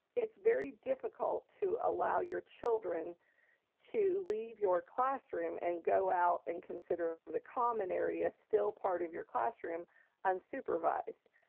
it's very difficult to allow your children to leave your classroom and go out and consider the common area still part of your classroom unsupervised,